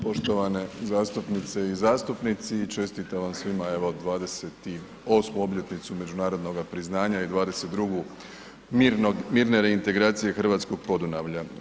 Poštovane zastupnice i zastupnici, čestitam vam svima, evo 28. obljetnicu međunarodnoga priznanja i 22. mirne reintegracije hrvatskog Podunavlja.